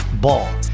Ball